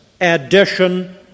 addition